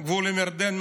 הגבול עם ירדן,